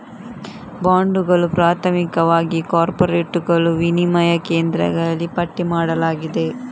ಬಾಂಡುಗಳು, ಪ್ರಾಥಮಿಕವಾಗಿ ಕಾರ್ಪೊರೇಟುಗಳು, ವಿನಿಮಯ ಕೇಂದ್ರಗಳಲ್ಲಿ ಪಟ್ಟಿ ಮಾಡಲಾಗಿದೆ